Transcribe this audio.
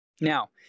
Now